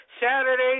Saturday